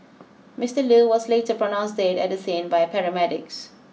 Mister Loo was later pronounced dead at the scene by paramedics